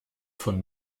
von